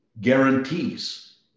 guarantees